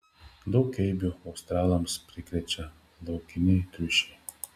daug eibių australams prikrečia laukiniai triušiai